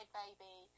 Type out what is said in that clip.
baby